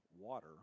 water